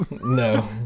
No